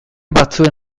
batzuen